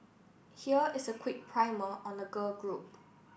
here is a quick primer on the girl group